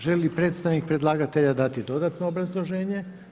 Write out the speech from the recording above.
Želi li predstavnik predlagatelja dati dodatno obrazloženje?